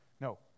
No